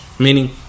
meaning